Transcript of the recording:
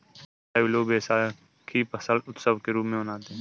पंजाबी लोग वैशाखी फसल उत्सव के रूप में मनाते हैं